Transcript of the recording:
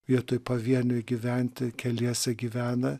vietoj pavieniui gyventi keliese gyvena